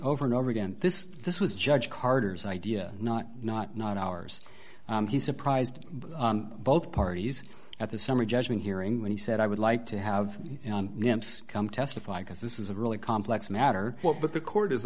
over and over again this this was judge carter's idea not not not ours he surprised both parties at the summary judgment hearing when he said i would like to have come testify because this is a really complex matter what the court is